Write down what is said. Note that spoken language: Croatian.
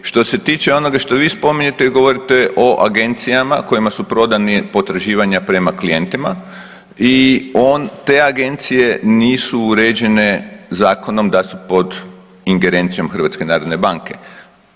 Što se tiče onoga što vi spominjete govorite o agencijama kojima su prodani potraživanja prema klijentima i on, te agencije nisu uređene zakonom da su pod ingerencijom HNB-a.